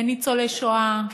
אין ניצולי שואה,